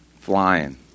Flying